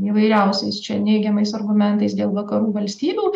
įvairiausiais čia neigiamais argumentais dėl vakarų valstybių